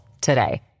today